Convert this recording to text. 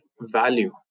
value